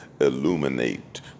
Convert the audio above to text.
illuminate